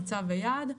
מוצא ויעד,